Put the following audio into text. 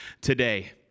today